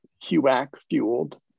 HUAC-fueled